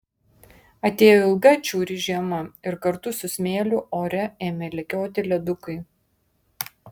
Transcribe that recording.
atėjo ilga atšiauri žiema ir kartu su smėliu ore ėmė lekioti ledukai